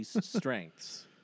strengths